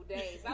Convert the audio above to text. days